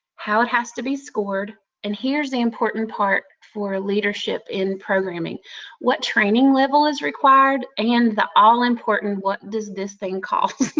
how it has to be scored, and here's the important part for leadership and programming what training level is required? and the all-important what does this thing cost?